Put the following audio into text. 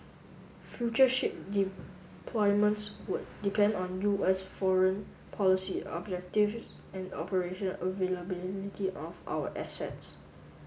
future ship deployments would depend on U S foreign policy objectives and operation availability of our assets